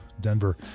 denver